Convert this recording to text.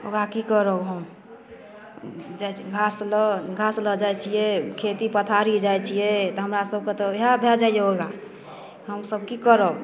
वएह कि करब हम घास लऽ घास लऽ जाइ छिए खेती पथारी जाइ छिए तऽ हमरासबके तऽ इएह भऽ जाइए योगा हमसब कि करब